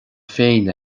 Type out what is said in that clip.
féin